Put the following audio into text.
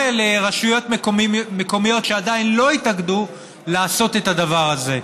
לרשויות מקומיות שעדיין לא התאגדו לעשות את הדבר הזה.